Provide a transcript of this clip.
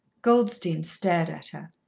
goldstein stared at her.